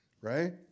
right